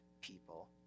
people